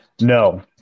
No